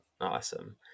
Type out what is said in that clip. Awesome